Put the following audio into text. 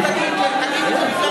רק תגיד שזה בגללנו.